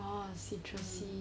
orh citrusy